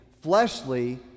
fleshly